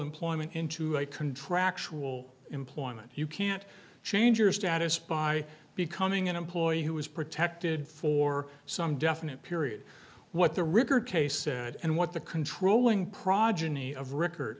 employment into a contractual employment you can't change your status by becoming an employee who was protected for some definite period what the rigor case and what the controlling progeny of record